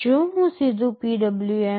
જો હું સીધું PWM1 0